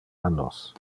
annos